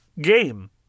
game